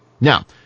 Now